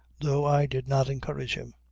though i did not encourage him.